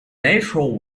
natural